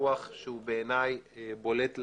ובקיפוח שהוא בעיניי בולט לעין,